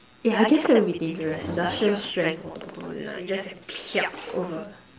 yeah I guess that would be dangerous industrial strength water bottle you like you just have to over